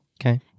Okay